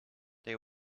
they